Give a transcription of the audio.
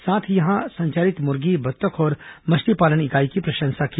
साथ ही यहां संचालित मुर्गी बत्तख और मछलीपालन इकाई की प्रशंसा की